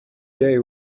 day